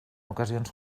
ocasions